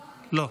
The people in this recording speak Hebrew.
לא.